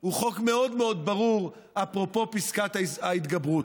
הוא חוק מאוד מאוד ברור, אפרופו פסקת ההתגברות: